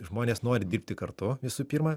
žmonės nori dirbti kartu visų pirma